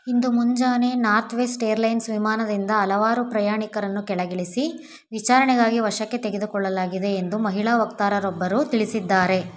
ಇಂದು ಮುಂಜಾನೆ Northwest Airlines ವಿಮಾನದಿಂದ ಹಲವಾರು ಪ್ರಯಾಣಿಕರನ್ನು ಕೆಳಗಿಳಿಸಿ ವಿಚಾರಣೆಗಾಗಿ ವಶಕ್ಕೆ ತೆಗೆದುಕೊಳ್ಳಲಾಗಿದೆ ಎಂದು ಮಹಿಳಾ ವಕ್ತಾರರೊಬ್ಬರು ತಿಳಿಸಿದ್ದಾರೆ